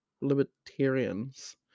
libertarians